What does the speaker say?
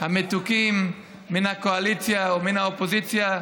המתוקים מן הקואליציה ומן האופוזיציה,